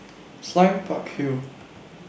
Sime Park Hill